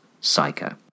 Psycho